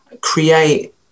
create